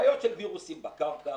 בעיות של וירוסים בקרקע,